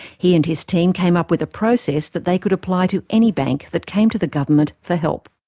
he and his team came up with a process that they could apply to any bank that came to the government for help.